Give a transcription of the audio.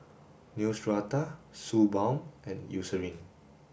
Neostrata Suu balm and Eucerin